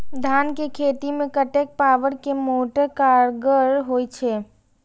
धान के खेती में कतेक पावर के मोटर कारगर होई छै?